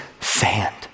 sand